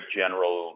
general